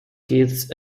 kids